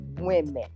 women